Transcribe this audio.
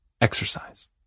Exercise